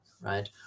right